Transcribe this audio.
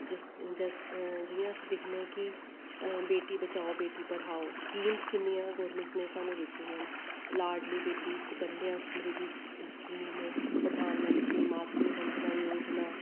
जिस जियां अस दिक्खने हा कि बेटी बचाओ बेटी पढाओ स्कीमस किन्नी दित्तियां गवर्नमेंट ने स्हानू दित्ती दी ना लाडली बेटी सुकन्या समरिद्धि स्कीम प्रधानमंत्री मातृ बंधना योजना